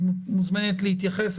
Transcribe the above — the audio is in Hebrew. את מוזמנת להתייחס,